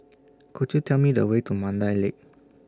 Could YOU Tell Me The Way to Mandai Lake